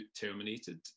terminated